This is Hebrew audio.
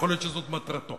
ויכול להיות שזו מטרתו,